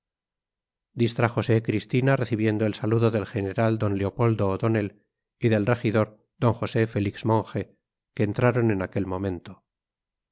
boca distrájose cristina recibiendo el saludo del general d leopoldo o'donnell y del regidor d josé félix monge que entraron en aquel momento